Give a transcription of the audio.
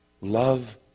love